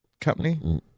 company